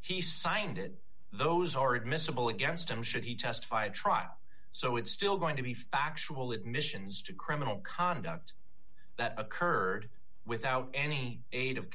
he signed it those are admissible against him should he testified trial so it's still going to be factual admissions to criminal conduct that occurred without any